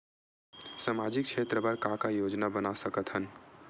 सामाजिक क्षेत्र बर का का योजना बना सकत हन?